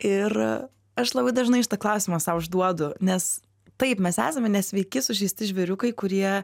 ir aš labai dažnai šitą klausimą sau užduodu nes taip mes esame nesveiki sužeisti žvėriukai kurie